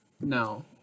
No